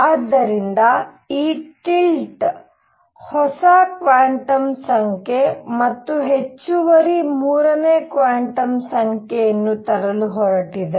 ಆದ್ದರಿಂದ ಈ ಟಿಲ್ಟ್ ಹೊಸ ಕ್ವಾಂಟಮ್ ಸಂಖ್ಯೆ ಮತ್ತು ಹೆಚ್ಚುವರಿ ಮೂರನೇ ಕ್ವಾಂಟಮ್ ಸಂಖ್ಯೆಯನ್ನು ತರಲು ಹೊರಟಿದೆ